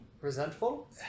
resentful